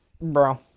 Bro